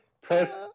press